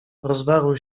rozwarły